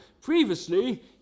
Previously